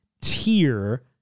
tier